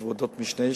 יש ועדות משנה,